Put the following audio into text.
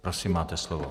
Prosím, máte slovo.